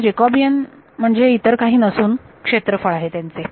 म्हणजे जॅकॉबियन म्हणजे इतर काही नसून क्षेत्रफळ आहे त्यांचे